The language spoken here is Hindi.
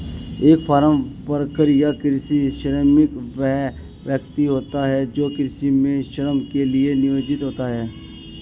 एक फार्म वर्कर या कृषि श्रमिक वह व्यक्ति होता है जो कृषि में श्रम के लिए नियोजित होता है